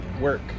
work